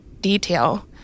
detail